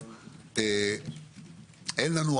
הוא לא יכול לנתק אותה ולסגור את העיר והתושבים לא